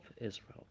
Israel